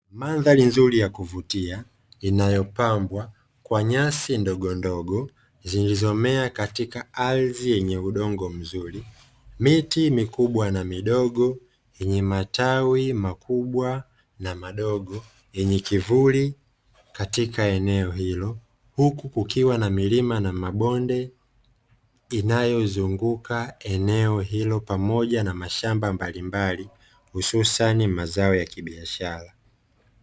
Mandhari nzuri ya kuvutia inayopangwa katika ardhi iliyomea vizuri yenye matawi mazuri huku kukiwa na mimea mbalimbali iliyozunguka hususani mazao ya kibiashara